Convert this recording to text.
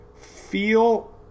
feel